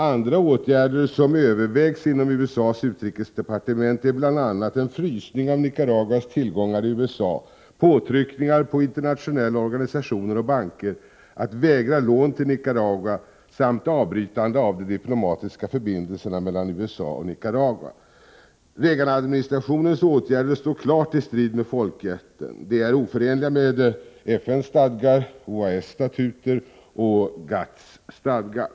Andra åtgärder som övervägs inom USA:s utrikesdepartement är bl.a. en frysning av Nicaraguas tillgångar i USA, påtryckningar på internationella organisationer och banker att vägra lån till Nicaragua, samt avbrytande av de diplomatiska förbindelserna mellan USA och Nicaragua. Reagan-administrationens åtgärder står klart i strid med folkrätten. De är oförenliga med FN:s stadgar, OAS statuter och GATT:s stadgar.